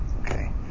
Okay